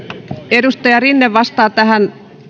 edustaja rinne vastaa tähän